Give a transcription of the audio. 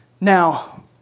Now